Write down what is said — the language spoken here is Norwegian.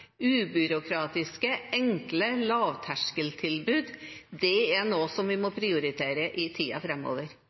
ubyråkratiske, enkle lavterskeltilbud er noe som vi må prioritere i